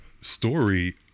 story